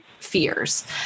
fears